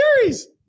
series